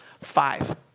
five